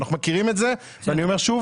אנחנו מכירים את זה, ואני אומר שוב